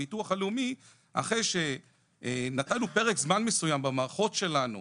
הביטוח הלאומי אחרי שנתנו פרק זמן מסוים במערכות שלנו,